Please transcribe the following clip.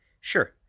Sure